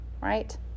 right